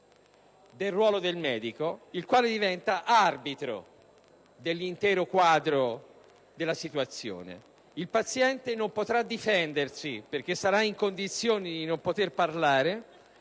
del ruolo del medico, il quale diventa arbitro dell'intero quadro della situazione. Il paziente non potrà difendersi perché sarà in condizioni di non poter parlare